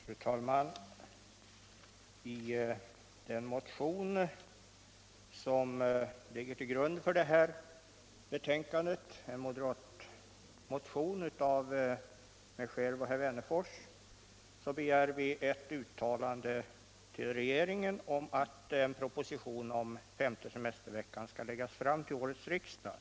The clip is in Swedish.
Fru talman! I den motion som ligger till grund för socialutskottets betänkande 1975/76:26 begär herr Wennerfors och jag att riksdagen hos regeringen skall anhålla om att proposition om en femte semestervecka skall läggas fram för årets riksmöte.